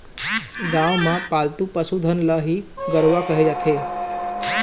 गाँव म पालतू पसु धन ल ही गरूवा केहे जाथे